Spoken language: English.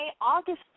August